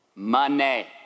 Money